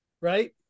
right